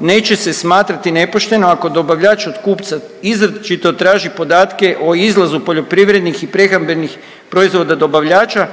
neće se smatrati nepošteno ako dobavljač od kupca izričito traži podatke o izlazu poljoprivrednih i prehrambenih proizvoda dobavljača